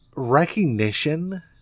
Recognition